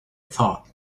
thought